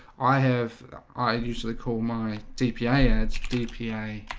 i have i usually call my dpa its dpa